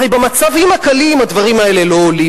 הרי במצבים הקלים הדברים האלה לא עולים.